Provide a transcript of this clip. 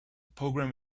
program